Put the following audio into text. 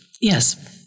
Yes